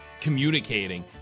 communicating